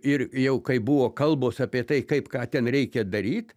ir jau kai buvo kalbos apie tai kaip ką ten reikia daryt